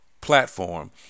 Platform